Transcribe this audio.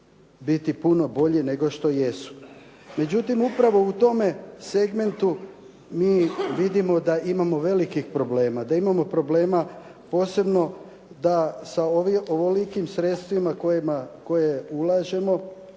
biti puno bolji nego što jesu. Međutim upravo u tome segmentu mi vidimo da imamo velikih problema, da imamo problema posebno da sa ovolikim sredstvima koje ulažemo